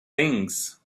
things